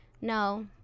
no